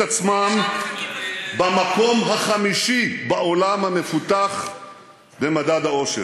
אזרחי ישראל דירגו את עצמם במקום החמישי בעולם המפותח במדד האושר.